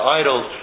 idols